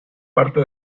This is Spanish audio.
parte